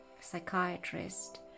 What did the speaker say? psychiatrist